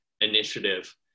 initiative